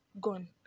gone